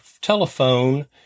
telephone